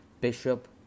Bishop